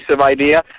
idea